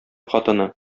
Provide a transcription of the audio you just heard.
хатыны